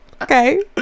okay